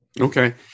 okay